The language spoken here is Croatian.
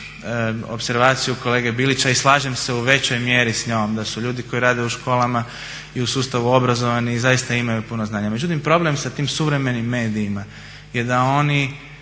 opservaciju kolege Bilića i slažem se u većoj mjeri s njom da su ljudi koji rade u školama i u sustavu obrazovni i zaista imaju puno znanja. Međutim, problem sa tim suvremenim medijima je da oni